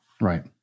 Right